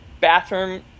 Bathroom